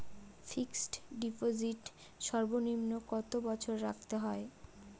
Fixed deposit সর্বনিম্ন কত বছর রাখতে হয়?